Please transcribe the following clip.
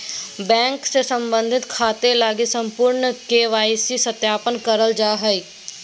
bank से संबंधित खाते लगी संपूर्ण के.वाई.सी सत्यापन करल जा हइ